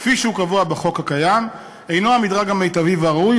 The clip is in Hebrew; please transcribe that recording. כפי שהוא קבוע בחוק הקיים אינו המדרג המיטבי והראוי,